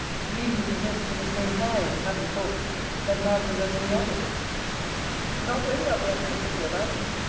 to leave you possessed with the same high and happy thoughts that now possess me of it not only of the antiquity of angling,